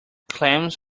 clams